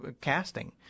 casting